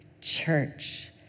church